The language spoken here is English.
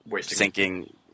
sinking